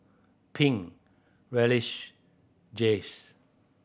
Pink Raleigh Jace